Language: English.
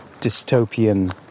dystopian